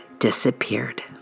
Disappeared